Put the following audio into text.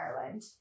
Ireland